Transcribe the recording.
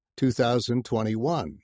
2021